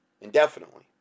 indefinitely